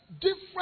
different